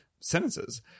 sentences